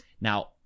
now